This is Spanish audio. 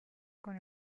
con